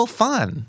fun